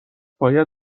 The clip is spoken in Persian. باید